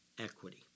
equity